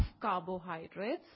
carbohydrates